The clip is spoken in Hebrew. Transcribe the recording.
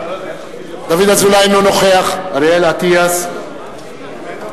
אינו נוכח אריאל אטיאס,